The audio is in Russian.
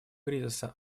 кризиса